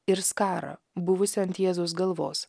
ir skarą buvusią ant jėzaus galvos